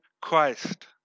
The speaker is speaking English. Christ